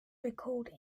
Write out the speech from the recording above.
recalled